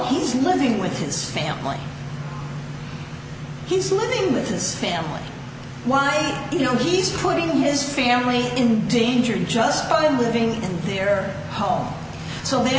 he's living with his family he's living with his family why you know he's putting his family in danger just by living in their house so the